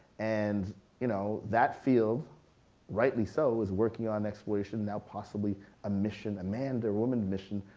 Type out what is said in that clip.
and you know that field rightly so is working on exploration, now possibly a mission, a manned or woman mission,